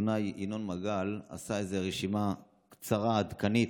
העיתונאי ינון מגל עשה רשימה קצרה עדכנית.